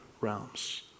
realms